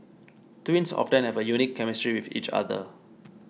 twins often have a unique chemistry with each other